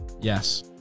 Yes